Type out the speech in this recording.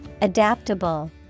Adaptable